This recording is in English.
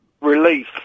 relief